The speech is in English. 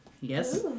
Yes